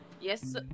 yes